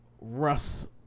Russ